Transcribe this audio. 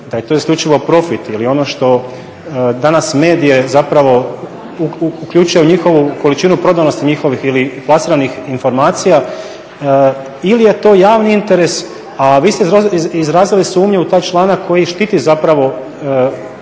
da je to isključivo profit ili ono što danas medije zapravo uključuju u njihovu količinu prodanosti njihovih ili plasiranih informacija ili je to javni interes, a vi ste izrazili sumnju u taj članak koji štiti zapravo